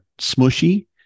smushy